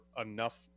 enough